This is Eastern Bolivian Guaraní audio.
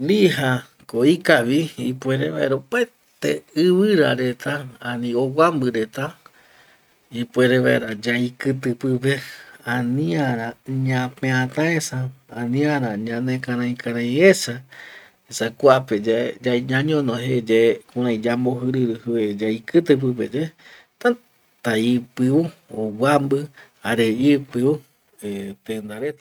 Lijako ikavi ipuere vaera opaete ivira reta ani oguambi reta ipuere vaera yaikiti pipe aniara ñapeataesa, aniara ñane karaikaraiesa esa kuape ñañono jeyae kurai yambojiriri yaikiti pipe yae täta ipiu oguambi jare ipiu tenda reta